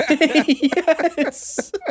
yes